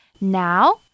Now